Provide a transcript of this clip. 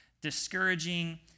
discouraging